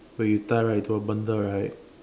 where you tie right to a bundle right